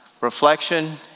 reflection